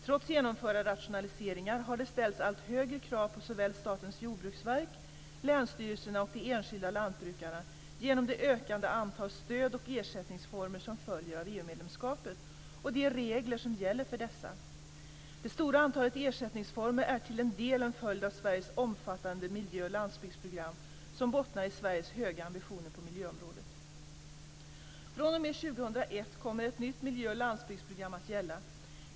Trots genomförda rationaliseringar har det ställts allt högre krav på såväl Statens jordbruksverk som på länsstyrelserna och de enskilda lantbrukarna genom det ökade antalet stöd och ersättningsformer som följer av EU medlemskapet och de regler som gäller för dessa. Det stora antalet ersättningsformer är till en del en följd av Sveriges omfattande miljö och landsbygdsprogram som bottnar i Sveriges höga ambitioner på miljöområdet. fr.o.m. år 2001 kommer ett nytt miljö och landsbygdsprogram att gälla.